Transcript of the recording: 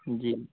جی